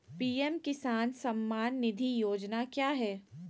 PM किसान सम्मान निधि योजना क्या है?